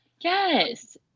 Yes